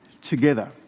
together